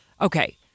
Okay